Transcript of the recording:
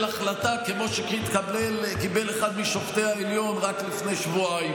החלטה כמו שקיבל אחד משופטי העליון רק לפני שבועיים